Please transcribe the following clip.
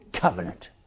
covenant